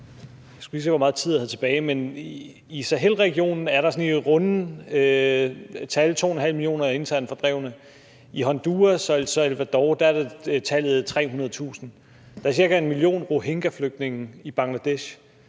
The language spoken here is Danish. i Sahelregionen er der sådan i runde tal 2,5 millioner internt fordrevne. I Honduras og El Salvador er tallet 300.000. Der er ca. 1 million rohingyaflygtninge i Bangladesh.